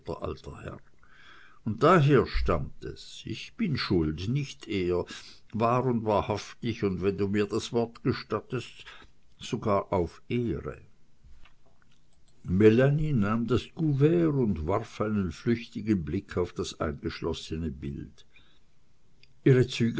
und daher stammt es ich bin schuld nicht er wahr und wahrhaftig und wenn du mir das wort gestattest sogar auf ehre melanie nahm das kuvert und warf einen flüchtigen blick auf das eingeschlossene bild